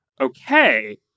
Okay